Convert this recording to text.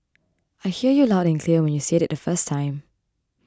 I heard you loud and clear when you said it the first time